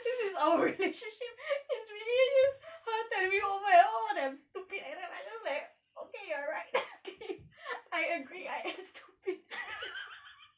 this is our relationship it's really her telling me over oh I'm stupid and then I'm just like okay you're right I agree I am stupid